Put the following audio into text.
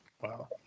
Wow